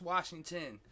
Washington